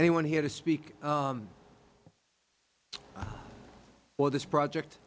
anyone here to speak for this project